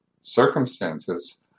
circumstances